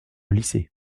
lycée